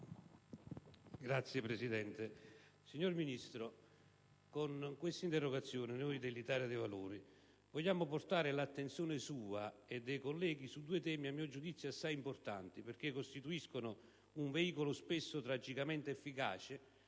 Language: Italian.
Signor Presidente, signor Ministro, con questa interrogazione noi senatori dell'Italia dei Valori vogliamo concentrare l'attenzione sua e dei colleghi su due temi a nostro giudizio assai importanti, perché costituiscono un veicolo spesso tragicamente efficace